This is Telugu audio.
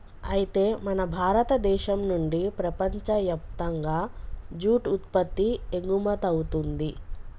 అయితే మన భారతదేశం నుండి ప్రపంచయప్తంగా జూట్ ఉత్పత్తి ఎగుమతవుతుంది